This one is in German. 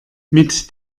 mit